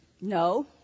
No